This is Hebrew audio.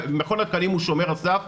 מכון התקנים הוא שומר הסף,